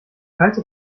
kalte